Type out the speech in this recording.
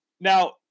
Now